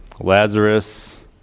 Lazarus